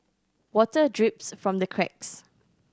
water drips from the cracks